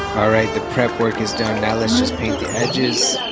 alright the prep work is done now let's just paint the edges